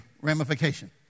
ramification